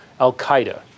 al-Qaeda